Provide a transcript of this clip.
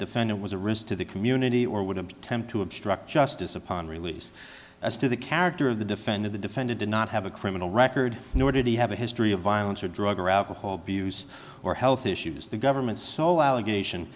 defendant was a risk to the community or would have to attempt to obstruct justice upon release as to the character of the defender the defendant did not have a criminal record nor did he have a history of violence or drug or alcohol abuse or health issues the government's sole allegation